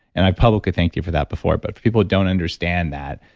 and i publicly thanked you for that before, but people don't understand that.